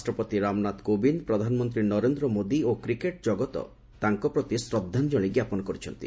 ରାଷ୍ଟ୍ରପତି ରାମନାଥ କୋବିନ୍ଦ୍ ପ୍ରଧାନମନ୍ତ୍ରୀ ନରେନ୍ଦ୍ର ମୋଦି ଓ କ୍ରିକେଟ୍ ଜଗତ ତାଙ୍କ ପ୍ରତି ଶ୍ରଦ୍ଧାଞ୍ଜଳି ଜ୍ଞାପନ କରିଛନ୍ତି